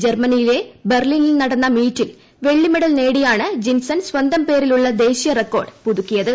ജർമനിയിലെ ബെർല്ലിനിൽ നടന്ന മീറ്റിൽ വെള്ളിമെഡൽ നേടിയാണ് ജിൻസൺ സ്വന്തം പേരിലുള്ള ദേശീയ റെക്കോഡ് പുതുക്കിയത്